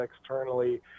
externally